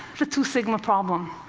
the two sigma problem.